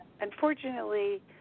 unfortunately